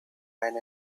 men